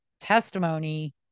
testimony